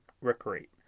recreate